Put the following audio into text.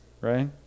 Right